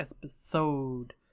Episode